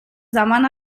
demana